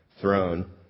throne